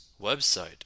website